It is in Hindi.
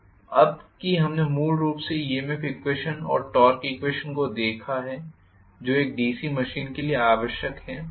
अब कि हमने मूल रूप से EMF ईक्वेशन और टॉर्क ईक्वेशन को देखा है जो एक डीसी मशीन के लिए आवश्यक हैं